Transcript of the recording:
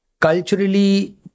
culturally